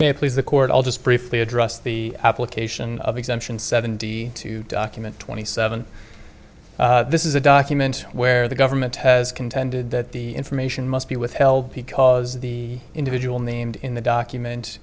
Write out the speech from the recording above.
please the court i'll just briefly address the application of exemption seventy two document twenty seven this is a document where the government has contended that the information must be withheld because the individual named in the document